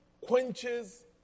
quenches